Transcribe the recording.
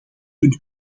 punt